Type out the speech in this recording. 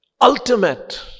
ultimate